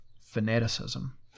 fanaticism